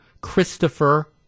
Christopher